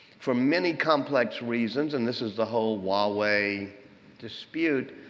for many complex reasons, and this is the whole huawei dispute,